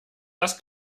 das